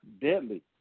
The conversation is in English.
deadly